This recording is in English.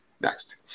Next